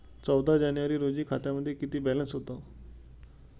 चौदा जानेवारी रोजी खात्यामध्ये किती बॅलन्स होता?